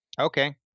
Okay